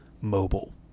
Mobile